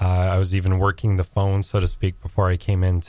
i was even working the phone so to speak before i came in